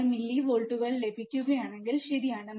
6 മില്ലിവോൾട്ടുകൾ ലഭിക്കുകയാണെങ്കിൽ ശരിയാണ്